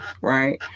right